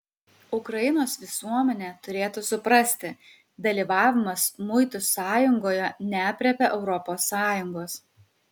ukrainos visuomenė turėtų suprasti dalyvavimas muitų sąjungoje neaprėpia europos sąjungos